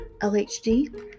LHD